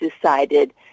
decided